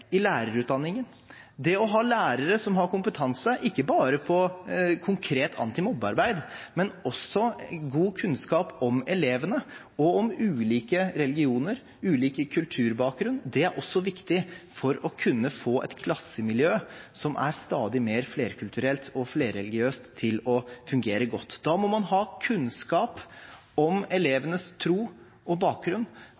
i lærerutdanningen. Å ha lærere som har kompetanse ikke bare på konkret antimobbearbeid, men også har god kunnskap om elevene og om ulike religioner og ulike kulturbakgrunner, er viktig for å kunne få et klassemiljø som er stadig mer flerkulturelt og flerreligiøst, til å fungere godt. Da må man ha kunnskap om